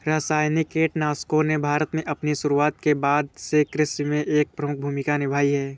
रासायनिक कीटनाशकों ने भारत में अपनी शुरूआत के बाद से कृषि में एक प्रमुख भूमिका निभाई है